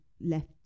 left